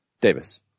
Davis